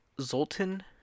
Zoltan